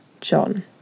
John